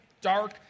dark